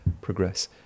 progress